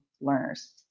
learners